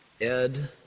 Ed